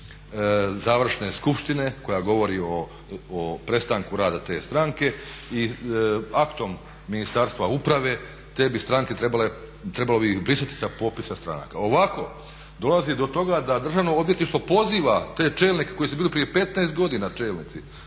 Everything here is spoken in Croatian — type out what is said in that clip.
završne skupštine koja govori o prestanku rada te stranke i aktom Ministarstva uprave te bi stranke trebalo brisati sa popisa stranaka. Ovako dolazi do toga da Državno odvjetništvo poziva te čelnike koji su bili prije 15 godina čelnici,